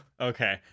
okay